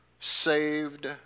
saved